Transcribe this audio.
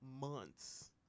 Months